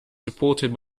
supported